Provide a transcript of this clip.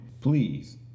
please